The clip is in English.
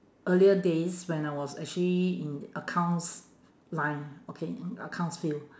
earlier days when I was actually in accounts line okay in accounts field